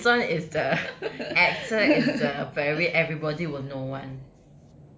okay this [one] is the actor is the very everybody will know [one]